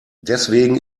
deswegen